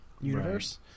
universe